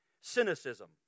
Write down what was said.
cynicism